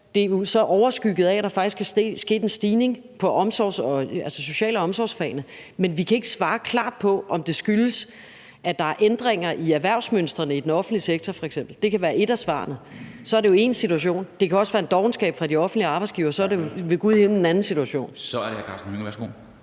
Det er jo så overskygget af, at der faktisk er sket en stigning inden for omsorgsfagene, men vi kan ikke svare klart på, om det skyldes, at der f.eks. er ændringer i erhvervsmønstrene i den offentlige sektor. Det kan være et af svarene, og så er det jo én situation. Det kan også skyldes dovenskab fra de offentlige arbejdsgiveres side, og så er det ved gud i himlen en anden situation. Kl. 13:47 Formanden (Henrik